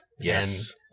Yes